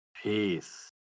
Peace